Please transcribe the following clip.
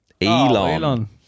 Elon